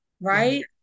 right